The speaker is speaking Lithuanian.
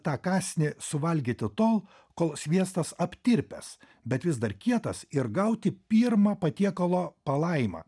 tą kąsnį suvalgyti tol kol sviestas aptirpęs bet vis dar kietas ir gauti pirmą patiekalo palaimą